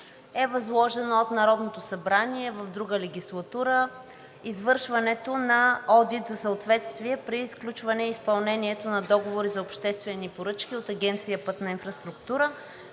е възложено от Народното събрание в друга регислатура извършването на одит за съответствие при сключване и изпълнението на договори за обществени поръчки от Агенция „Пътна инфраструктура“